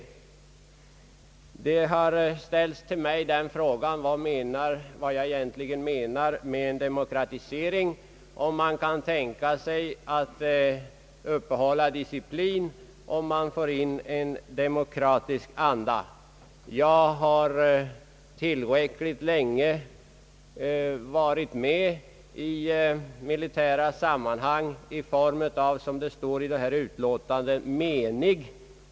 Till mig har ställts frågan, vad jag i detta sammanhang egentligen menar med demokratisering och om man kan tänka sig att upprätthålla disciplin om det i försvaret förs in i en demokratisk anda. Jag har tillräckligt länge varit med i militära sammanhang i form av — som det står i detta utlåtande — menig.